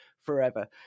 forever